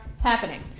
happening